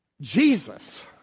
Jesus